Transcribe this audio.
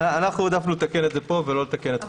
אנחנו העדפנו לתקן את זה פה ולא לתקן את חוק מענק תעסוקה.